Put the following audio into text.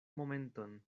momenton